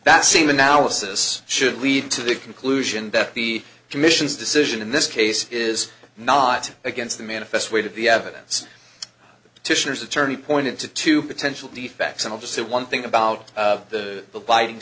that scene analysis should lead to the conclusion that the commission's decision in this case is not against the manifest weight of the evidence petitioner's attorney pointed to two potential defects and i'll just say one thing about the the biting